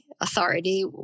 authority